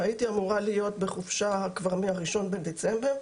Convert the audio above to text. הייתי אמורה להיות בחופשה כבר מה-1 בדצמבר.